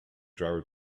driver